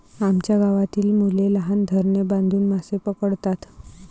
आमच्या गावातील मुले लहान धरणे बांधून मासे पकडतात